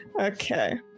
Okay